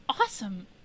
awesome